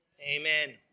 Amen